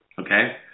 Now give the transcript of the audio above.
Okay